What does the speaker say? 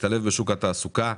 להשתלב בשוק התעסוקה,